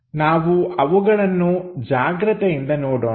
ನಾವು ಅವುಗಳನ್ನು ಜಾಗ್ರತೆಯಿಂದ ನೋಡೋಣ